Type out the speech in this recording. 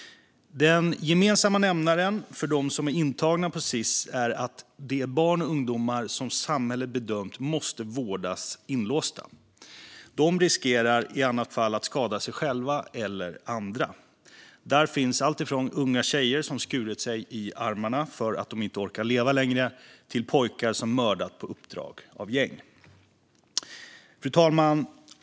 Den gemensamma nämnaren för dem som är intagna på Sis är att det är barn och ungdomar som samhället bedömt måste vårdas inlåsta. De riskerar i annat fall att skada sig själva eller andra. Där finns alltifrån unga tjejer som skurit sig i armarna för att de inte orkar leva längre, till pojkar som mördat på uppdrag av gäng. Fru talman!